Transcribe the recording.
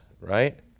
right